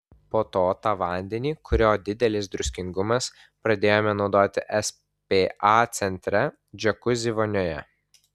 po to tą vandenį kurio didelis druskingumas pradėjome naudoti spa centre džiakuzi vonioje